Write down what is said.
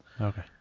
Okay